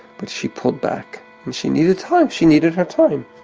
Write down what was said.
but she pulled back. and she needed time, she needed her time.